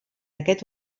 aquest